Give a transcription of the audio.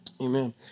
Amen